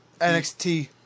NXT